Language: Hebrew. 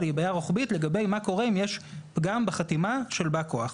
אלא זו בעיה רוחבית לגבי מה קורה אם יש פגם בחתימה של בא כוח.